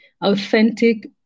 authentic